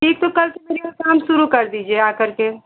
ठीक तो कल से मेरे घर काम शुरु कर दीजिए आ करके